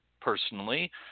personally